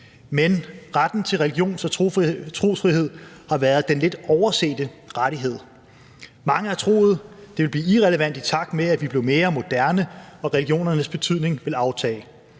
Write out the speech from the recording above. men retten til religions- og trosfrihed har været den lidt oversete rettighed. Mange har troet, at det ville blive irrelevant, i takt med at vi blev mere moderne og religionernes betydning ville aftage.